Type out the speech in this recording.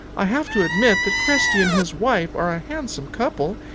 i have to admit that cresty and his wife are a handsome couple,